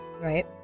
right